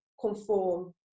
conform